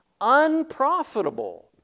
unprofitable